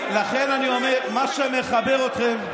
שנאה.